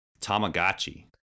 tamagotchi